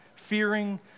fearing